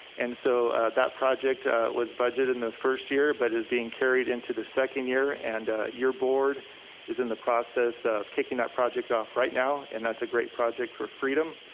and so that project was budget in the first year, but is being carried into the second year and your board is in the process of kicking that project off right now, and that's a great project for freedom